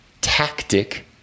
tactic